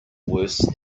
worse